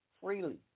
Freely